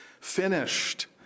finished